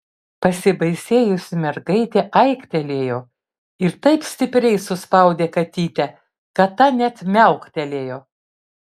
pasibaisėjusi mergaitė aiktelėjo ir taip stipriai suspaudė katytę kad ta net miauktelėjo